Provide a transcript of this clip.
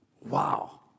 Wow